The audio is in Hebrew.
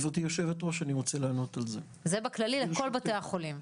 זה בכללי לכל בתי החולים.